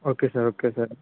okay sir okay sir